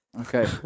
Okay